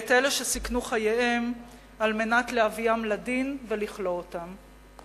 ואת אלה שסיכנו חייהם על מנת להביאם לדין ולכלוא אותם.